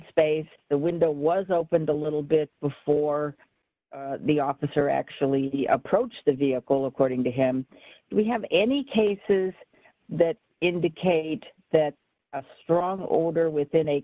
space the window was open the little bit before the officer actually approached the vehicle according to him we have any cases that indicate that a strong order within a